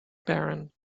baron